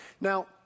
Now